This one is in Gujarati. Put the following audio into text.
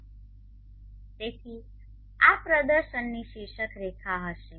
તેથી આ પ્રદર્શનની શીર્ષક રેખા હશે